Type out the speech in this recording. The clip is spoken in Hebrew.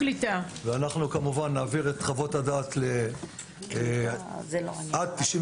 ואנחנו נעביר את חוות הדעת עד 96